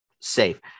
safe